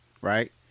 right